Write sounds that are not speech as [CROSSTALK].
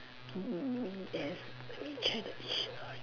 [NOISE] check the dictionary